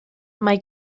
mae